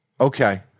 Okay